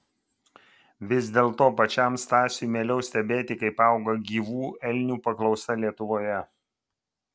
vis dėlto pačiam stasiui mieliau stebėti kaip auga gyvų elnių paklausa lietuvoje